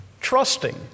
Trusting